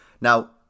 Now